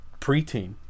preteen